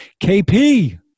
KP